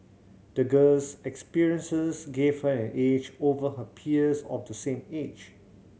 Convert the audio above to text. the girl's experiences gave her an edge over her peers of the same age